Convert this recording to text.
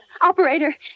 Operator